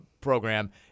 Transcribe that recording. program